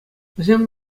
вӗсем